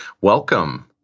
Welcome